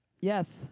Yes